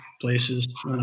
places